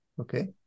Okay